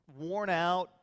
worn-out